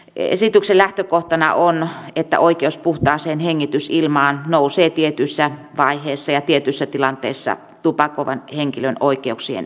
esityksen lähtökohtana on että oikeus puhtaaseen hengitysilmaan nousee tietyssä vaiheessa ja tietyssä tilanteessa tupakoivan henkilön oikeuksien yli